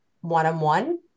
one-on-one